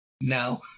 No